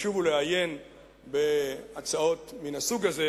לשוב ולעיין בהצעות מן הסוג הזה,